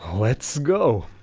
let's go!